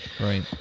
right